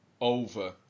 over